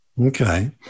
Okay